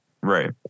Right